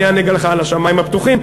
אני אענה לך על השמים הפתוחים,